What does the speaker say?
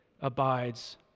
abides